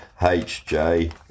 HJ